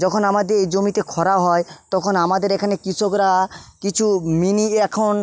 যখন আমাদের জমিতে খরা হয় তখন আমাদের এখানে কৃষকরা কিছু মিনি এখন